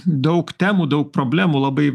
daug temų daug problemų labai